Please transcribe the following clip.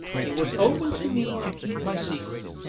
it was open to me to keep my secret,